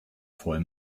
voll